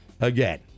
again